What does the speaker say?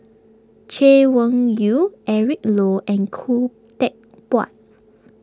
Chay Weng Yew Eric Low and Khoo Teck Puat